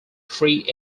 free